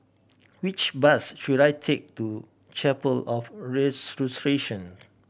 which bus should I take to Chapel of Resurrection